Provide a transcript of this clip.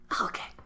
Okay